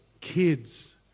kids